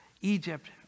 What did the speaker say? Egypt